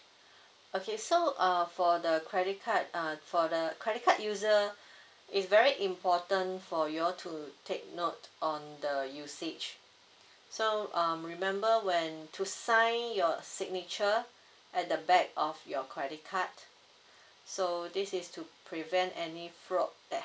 okay so uh for the credit card uh for the credit card user it's very important for you all to take note on the usage so um remember when to sign your signature at the back of your credit card so this is to prevent any fraud that